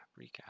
recap